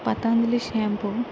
Patanjali shampoo